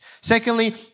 Secondly